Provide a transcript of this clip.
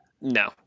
No